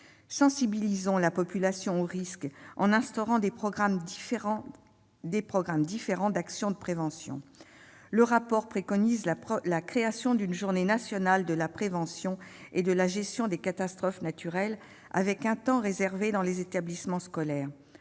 Sensibilisons la population aux risques, en instaurant des programmes différents d'actions de prévention. Le rapport préconise la création d'une journée nationale de la prévention et de la gestion des catastrophes naturelles, avec un temps réservé dans les établissements scolaires.